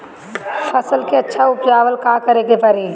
फसल के अच्छा उपजाव ला का करे के परी?